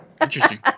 Interesting